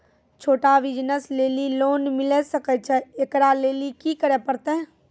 छोटा बिज़नस लेली लोन मिले सकय छै? एकरा लेली की करै परतै